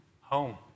home